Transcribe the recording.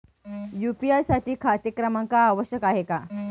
UPI साठी खाते क्रमांक आवश्यक आहे का?